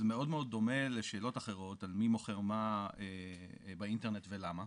זה מאוד מאוד דומה לשאלות אחרות על מי מוכר מה באינטרנט ולמה,